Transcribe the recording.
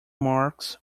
marks